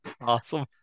Awesome